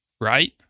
right